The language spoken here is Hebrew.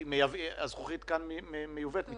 הזכוכית כאן מיובאת מטורקיה.